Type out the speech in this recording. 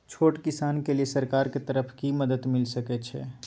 छोट किसान के लिए सरकार के तरफ कि मदद मिल सके छै?